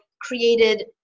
created